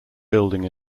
building